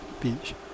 beach